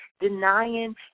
denying